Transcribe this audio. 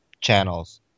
channels